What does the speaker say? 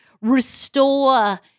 restore